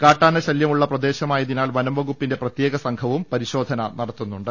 കാട്ടാനശലൃ പ്രദേശമായതിനാൽ വനം വകുപ്പിന്റെ പ്രതേക സംഘവും പരിശോധന നടത്തുന്നുണ്ട്